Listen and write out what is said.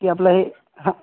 की आपलं हे हां